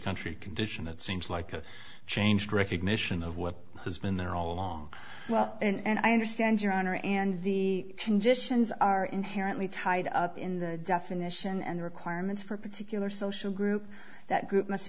country condition it seems like a changed recognition of what has been there all along well and i understand your honor and the conditions are inherently tied up in the definition and requirements for particular social group that group must